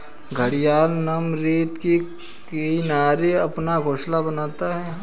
घड़ियाल नम रेत के किनारे अपना घोंसला बनाता है